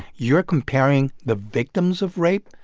you're comparing the victims of rape.